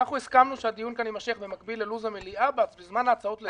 אנחנו הסכמנו שהדיון כאן יימשך במקביל ללו"ז המליאה ובזמן הצעות לסדר.